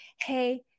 hey